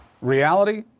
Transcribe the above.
Reality